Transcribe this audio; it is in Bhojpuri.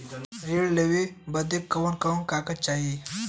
ऋण लेवे बदे कवन कवन कागज चाही?